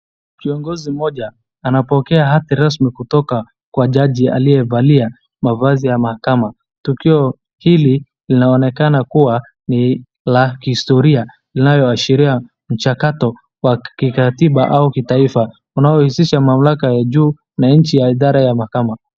Kiongozi mmoja anapokea hati rasmi kutoka kwa jaji aliyevalia mavazi ya makama . Tukio hili linaonekana kuwa ni la historia inalo washiria mchakato wa kikatiba au kitaifa .unayohusisa mamlaka ya juu na nchi na athara ya makama.